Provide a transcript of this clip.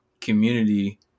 community